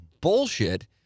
bullshit